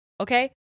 okay